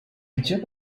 gdzie